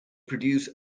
produce